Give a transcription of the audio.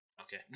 okay